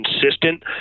consistent